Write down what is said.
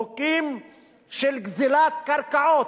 חוקים של גזלת קרקעות,